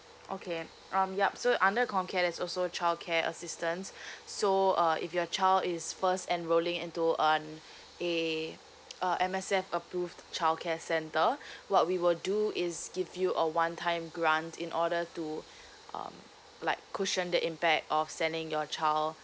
okay um yup so under comcare there's also childcare assistance so uh if your child is first and rolling into uh a uh M_S_F approved childcare centre what we will do is give you a one time grant in order to um like cushioned the impact of sending your child